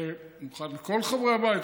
אני מוכן לכל חברי הבית,